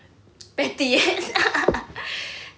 petty